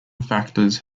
factors